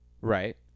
right